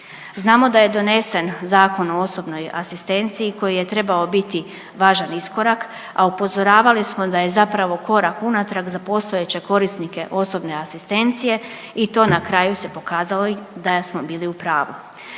Znamo da je donesen Zakon o osobnoj asistenciji koji je trebao biti važan iskorak, a upozoravali smo da je zapravo korak unatrag za postojeće korisnike osobne asistencije i to na kraju se pokazalo i da smo bili u pravu.